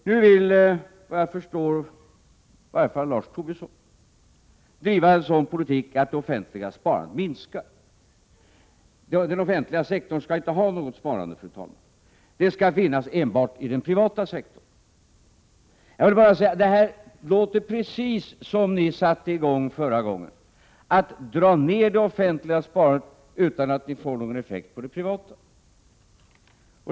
Nu vill såvitt jag förstår i varje fall Lars Tobisson driva en politik som gör att det offentliga sparandet minskar. Den offentliga sektorn skall inte ha något sparande, fru talman, utan det skall enbart förekomma i den privata sektorn. Det här är precis vad ni gjorde förra gången, då ni drog ned det offentliga sparandet utan att få någon effekt på det privata.